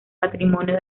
patrimonio